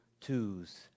twos